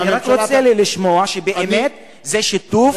אני רק רוצה לשמוע שבאמת זה שיתוף,